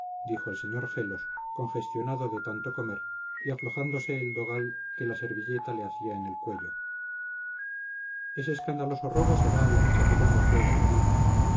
dijo el sr gelos congestionado de tanto comer y aflojándose el dogal que la servilleta le hacía en el cuello ese escandaloso robo será la mecha que ponga fuego a la mina